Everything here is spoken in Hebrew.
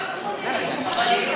לא עקרונית.